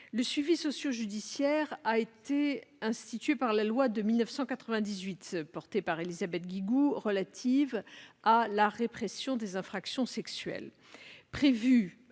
Le suivi socio-judiciaire a été institué par la loi du 17 juin 1998, présentée par Élisabeth Guigou, relative à la répression des infractions sexuelles.